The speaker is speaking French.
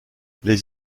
les